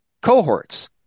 cohorts